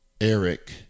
Eric